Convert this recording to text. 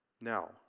Now